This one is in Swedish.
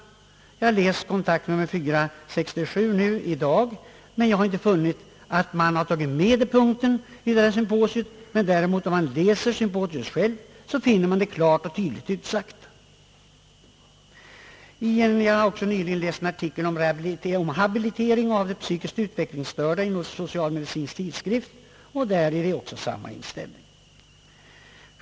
I dag har jag läst Kontakt nr 4 1967, men jag har inte funnit att den punkten har medtagits i dess referat. Om man däremot läser redogörelsen för symposiet, finner man experternas mening klart uttalad. Nyligen har jag också läst en artikel om »habilitering av psykiskt utvecklingsstörda» i Socialmedicinsk Tidskrift; där redovisas samma inställning.